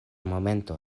momento